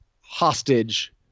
hostage